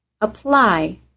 Apply